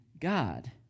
God